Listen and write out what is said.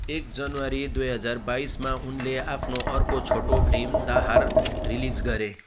एक जनवरी दुई हजार दुई हजार बाइसमा उनले आफ्नो अर्को छोटो फिल्म दाहर रिलिज गरे